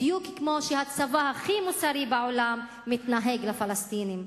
בדיוק כמו שהצבא הכי מוסרי בעולם מתנהג לפלסטינים.